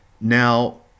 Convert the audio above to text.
now